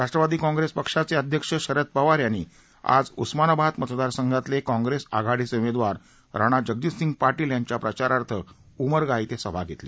राष्ट्रवादी काँग्रेस पक्षाचे अध्यक्ष शरद पवार यांनी आज उस्मानाबाद मतदारसंघातले काँग्रेस आघाडीचे उमेदवार राणा जगजितसिंह पाटील यांच्या प्रचारार्थ उमरगा इथं सभा घेतली